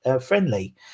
friendly